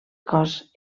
cos